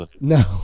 no